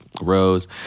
Rose